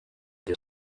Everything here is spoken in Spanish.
dios